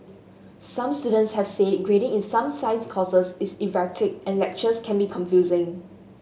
some students have said grading in some science courses is erratic and lectures can be confusing